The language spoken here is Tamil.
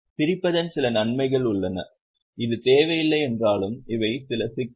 பிரிப்பதன் சில நன்மைகள் உள்ளன இது தேவையில்லை என்றாலும் இவை சில சிக்கல்கள்